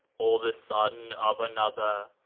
or the son of another,